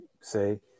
say